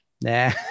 Nah